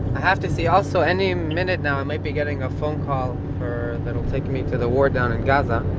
have to see, also any minute now i might be getting a phone call that will take me to the war down in gaza.